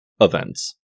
events